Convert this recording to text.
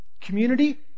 Community